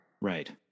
right